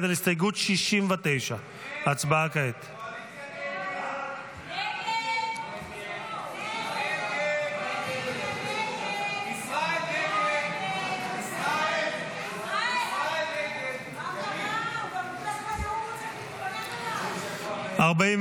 על הסתייגות 69. הצבעה.